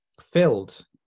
filled